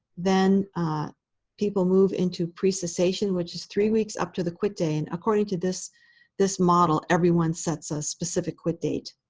then people move into pre-cessation, which is three weeks up to the quit day. and according to this this model, everyone sets a specific quit date.